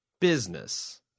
business